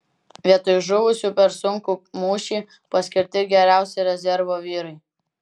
vietoj žuvusių per sunkų mūšį paskirti geriausi rezervo vyrai